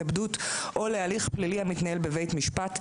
התאבדות או להליך פלילי המתנהל בבית משפט,